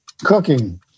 Cooking